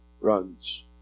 runs